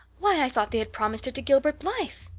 why, i thought they had promised it to gilbert blythe!